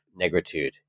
Negritude